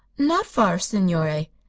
not far, signore.